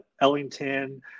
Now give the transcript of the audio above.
Ellington